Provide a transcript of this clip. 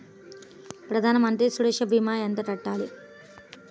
ప్రధాన మంత్రి సురక్ష భీమా ఎంత కట్టాలి?